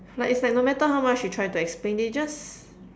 like it's like no matter how much you try to explain they just